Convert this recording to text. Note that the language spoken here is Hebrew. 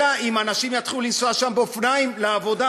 אלא אם כן אנשים יתחילו לנסוע שם באופניים לעבודה,